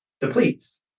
depletes